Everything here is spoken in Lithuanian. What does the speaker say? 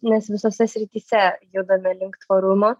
nes visose srityse judame link tvarumo